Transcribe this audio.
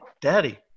Daddy